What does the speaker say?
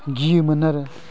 गियोमोन आरो